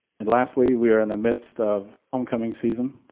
and lastly, we are in the midst of homecoming season.